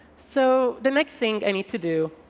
so the next thing i need to do